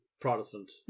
Protestant